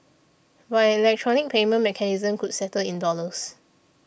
but electronic payment mechanism could settle in dollars